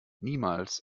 niemals